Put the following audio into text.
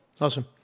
Awesome